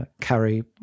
carry